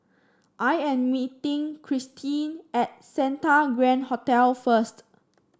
I am meeting Kirstie at Santa Grand Hotel first